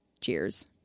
Cheers